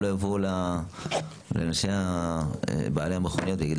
אז לא יבואו לבעלי המכוניות ויגידו